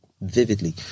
vividly